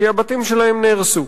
כי הבתים שלהם נהרסו.